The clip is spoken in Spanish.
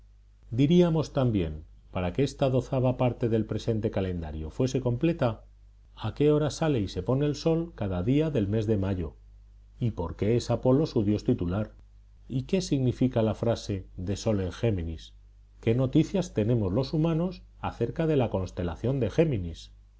de la famosísima oda de manzoni diríamos también para que esta dozava parte del presente calendario fuese completa a qué hora sale y se pone el sol cada día del mes de mayo y por qué es apolo su dios tutelar y qué significa la frase de sol en géminis qué noticias tenemos los humanos acerca de la constelación de géminis